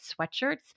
sweatshirts